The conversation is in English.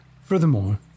Furthermore